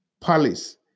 Palace